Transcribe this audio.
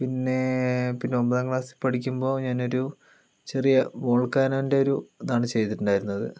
പിന്നെ പിന്നൊമ്പതാം ക്ലാസ്സിൽ പഠിക്കുമ്പോൾ ഞാനൊരു ചെറിയ വോൾക്കാനോൻ്റെ ഒരു ഇതാണ് ചെയ്തിട്ടുണ്ടായിരുന്നത്